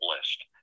list